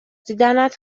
دیدنت